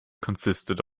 consisted